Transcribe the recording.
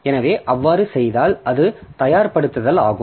எனவே அவ்வாறு செய்தால் அது தயார்படுத்தல் ஆகும்